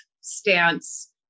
stance